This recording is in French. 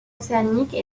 océaniques